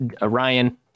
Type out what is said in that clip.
Ryan